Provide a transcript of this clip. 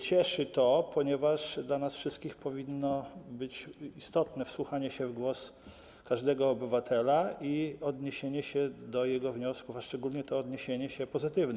Cieszy to, ponieważ dla nas wszystkich powinno być istotne wsłuchanie się w głos każdego obywatela i odniesienie się do jego wniosków, a szczególnie to odniesienie się pozytywne.